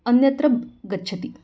अन्यत्र गच्छति